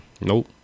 Nope